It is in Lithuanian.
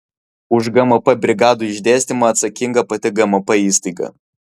už gmp brigadų išdėstymą atsakinga pati gmp įstaiga